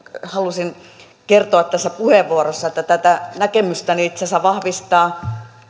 halusin kertoa tässä puheenvuorossa että tätä näkemystäni vahvistaa